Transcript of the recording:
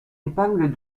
épingle